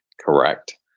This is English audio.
Correct